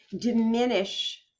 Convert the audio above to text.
diminish